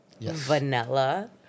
vanilla